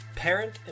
Parent